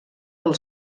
del